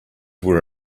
were